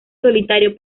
solitario